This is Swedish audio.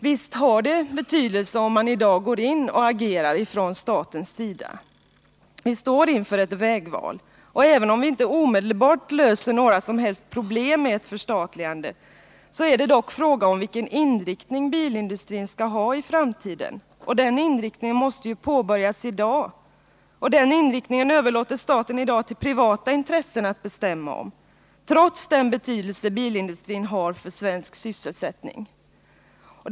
Visst har det betydelse om staten i dag går in och agerar. Vi står inför ett vägval, och även om ett förstatligande inte omedelbart löser några som helst problem så är det dock en fråga om vilken inriktning bilindustrin skall ha i framtiden. Den inriktningen måste stakas ut i dag, och den överlåter staten i dag åt de privata intressena att besluta om — trots den betydelse bilindustrin har för den svenska sysselsättningen.